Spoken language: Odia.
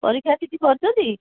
ପରୀକ୍ଷା କିଛି କରିଛନ୍ତି